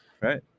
right